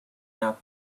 now